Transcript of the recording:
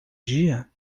dia